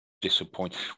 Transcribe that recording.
disappointed